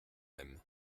même